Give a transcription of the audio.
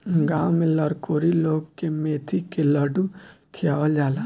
गांव में लरकोरी लोग के मेथी के लड्डू खियावल जाला